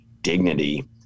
dignity